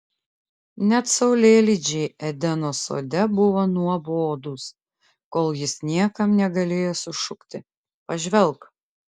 net saulėlydžiai edeno sode buvo nuobodūs kol jis niekam negalėjo sušukti pažvelk